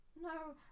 no